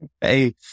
Hey